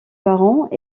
parents